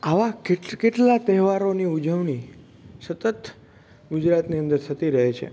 આવાં કેટકેટલા તહેવારોની ઉજવણી સતત ગુજરાતની અંદર થતી રહે છે